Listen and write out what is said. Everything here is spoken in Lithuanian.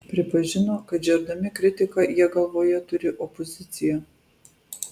pripažino kad žerdami kritiką jie galvoje turi opoziciją